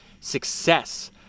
Success